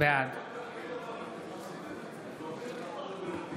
בעד